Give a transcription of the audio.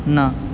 न